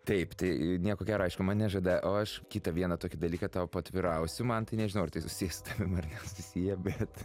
taip tai nieko gera aišku man nežada o aš kitą vieną tokį dalyką tau paatvirausiu mantai nežinau ar tai susiję su tavim ar nesusiję bet